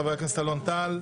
חבר הכנסת אלון טל,